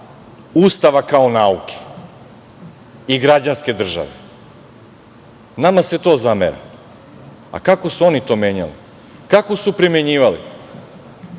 Ustava kao nauke i građanske države. Nama se to zamera.A kako su oni to menjali? Kako su primenjivali?